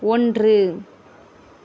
ஒன்று